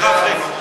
סליחה, סליחה.